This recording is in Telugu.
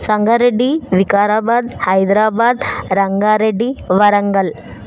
సంగారెడ్డి వికారాబాద్ హైదరాబాద్ రంగారెడ్డి వరంగల్